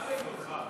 מה זה תורחב?